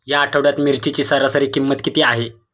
या आठवड्यात मिरचीची सरासरी किंमत किती आहे?